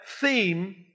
theme